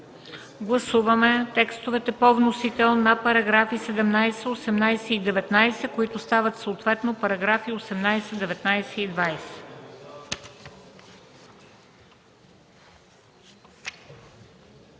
Гласуваме текстовете по вносител на параграфи 17, 18 и 19, които стават съответно параграфи 18, 19 и 20.